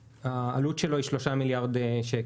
העלות של כל זה היא שלושה מיליארד שקל.